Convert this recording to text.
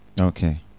Okay